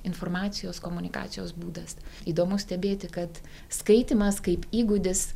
informacijos komunikacijos būdas įdomu stebėti kad skaitymas kaip įgūdis